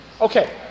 Okay